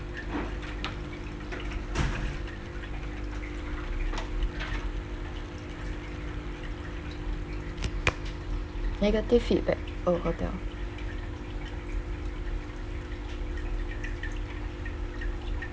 negative feedback oh hotel